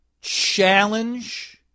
challenge